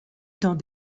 dans